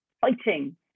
fighting